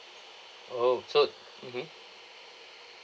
oh so mmhmm